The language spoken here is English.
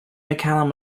mccallum